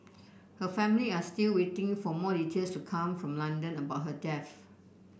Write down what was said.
her family are still waiting for more details to come from London about her death